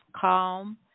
calm